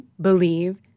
believe